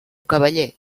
cavaller